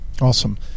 awesome